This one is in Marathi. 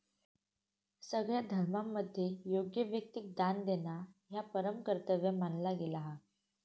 सगळ्या धर्मांमध्ये योग्य व्यक्तिक दान देणा ह्या परम कर्तव्य मानला गेला हा